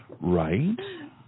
Right